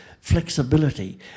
flexibility